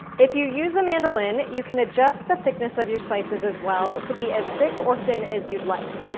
if you use a mandoline, you can adjust the thickness of your slices as well to be as thick or thin as you'd like.